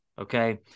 Okay